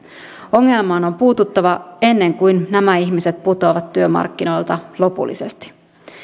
ongelmaan on puututtava ennen kuin nämä ihmiset putoavat työmarkkinoilta lopullisesti